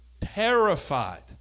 Terrified